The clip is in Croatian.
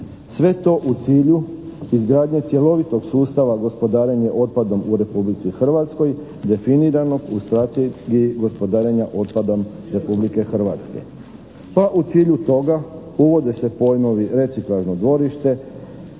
Sve to u cilju izgradnje cjelovitog sustava gospodarenja otpadom u Republici Hrvatskoj definirano u strategiji gospodarenja otpadom Republike Hrvatske. Pa u cilju toga uvode se pojmovi reciklažno dvorište,